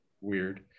weird